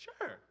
sure